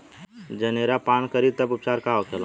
जनेरा पान करी तब उपचार का होखेला?